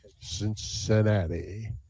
Cincinnati